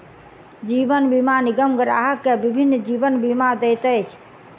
जीवन बीमा निगम ग्राहक के विभिन्न जीवन बीमा दैत अछि